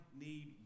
need